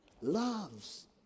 loves